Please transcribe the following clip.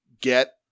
get